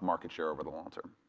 market share over the long term.